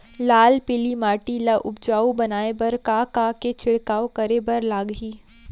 लाल पीली माटी ला उपजाऊ बनाए बर का का के छिड़काव करे बर लागही?